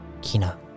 Kina